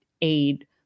aid